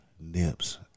Nips